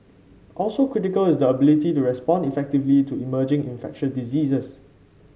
also critical is the ability to respond effectively to emerging infectious diseases